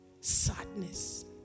Sadness